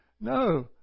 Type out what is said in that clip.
no